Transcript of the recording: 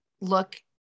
look